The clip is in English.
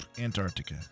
Antarctica